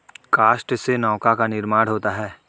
काष्ठ से नौका का निर्माण होता है